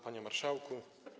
Panie Marszałku!